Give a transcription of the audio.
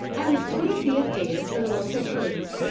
i reported the affair to the local police,